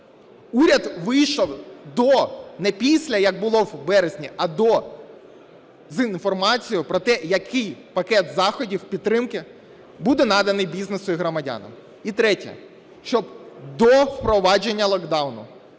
уряд вийшов до (не після, як було у вересні, а до) з інформацією про те, який пакет заходів підтримки буде наданий бізнесу і громадянам. І третє. Щоб до впровадження локдауну,